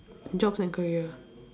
jobs and career